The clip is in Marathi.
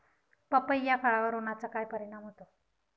पपई या फळावर उन्हाचा काय परिणाम होतो?